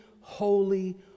holy